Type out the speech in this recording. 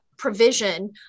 Provision